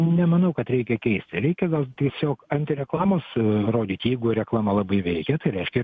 nemanau kad reikia keisti reikia gal tiesiog antireklamas rodyti jeigu reklama labai veikia tai reiškia